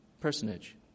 personage